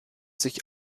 sich